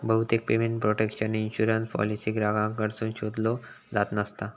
बहुतेक payment protection insurance policy ग्राहकांकडसून शोधल्यो जात नसता